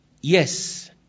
yes